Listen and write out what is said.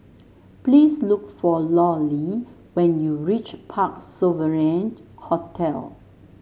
please look for Lollie when you reach Parc Sovereign Hotel